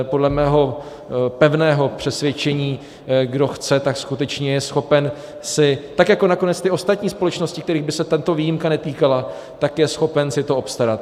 Podle mého pevného přesvědčení kdo chce, tak skutečně je schopen si tak jako nakonec ty ostatní společnosti, kterých by se tato výjimka netýkala, je schopen si to obstarat.